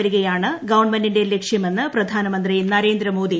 വരികയാണ് ഗവൺമെന്റിന്റെ ലക്ഷ്യമെന്ന് പ്രിയാനമന്ത്രി നരേന്ദ്ര മോദി